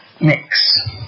mix